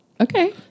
okay